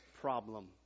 problem